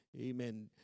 Amen